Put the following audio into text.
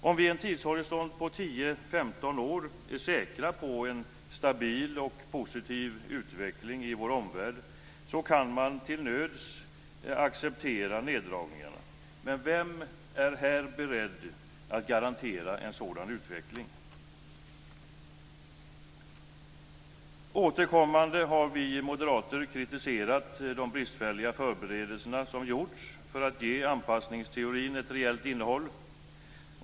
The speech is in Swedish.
Om vi under en tidshorisont på 10-15 år är säkra på en stabil och positiv utveckling i vår omvärld, kan man till nöds acceptera neddragningarna. Men vem är här beredd att garantera en sådan utveckling? Återkommande har vi moderater kritiserat de bristfälliga förberedelser som gjorts för att ge anpassningsteorin ett reellt innehåll.